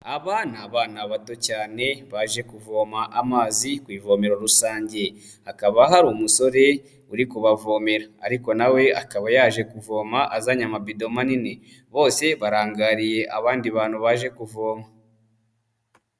Aba ni abana bato cyane baje kuvoma amazi ku ivomero rusange. Hakaba hari umusore urikubavomera. Ariko na we akaba yaje kuvoma azanye amabido manini. Bose barangariye abandi bantu baje kuvoma.